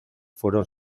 fueron